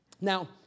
Now